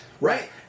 Right